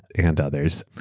and others.